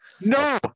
No